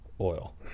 oil